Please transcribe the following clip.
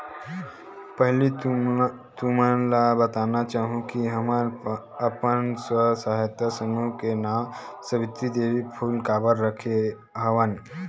पहिली तुमन ल बताना चाहूँ के हमन अपन स्व सहायता समूह के नांव सावित्री देवी फूले काबर रखे हवन